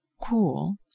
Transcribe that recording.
cool